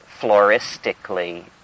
floristically